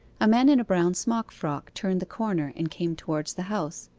a man in a brown smock-frock turned the corner and came towards the house.